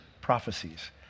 prophecies